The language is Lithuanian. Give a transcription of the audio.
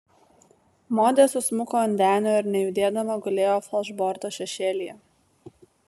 modė susmuko ant denio ir nejudėdama gulėjo falšborto šešėlyje